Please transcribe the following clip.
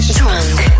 drunk